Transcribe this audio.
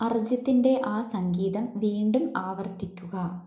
അർജിത്തിന്റെ ആ സംഗീതം വീണ്ടും ആവർത്തിക്കുക